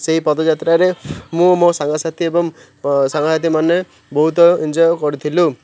ସେଇ ପଦଯାତ୍ରାରେ ମୁଁ ମୋ ସାଙ୍ଗସାଥି ଏବଂ ସାଙ୍ଗସାଥି ମାନେ ବହୁତ ଏନ୍ଜୟ କରିଥିଲୁ